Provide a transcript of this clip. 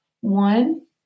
One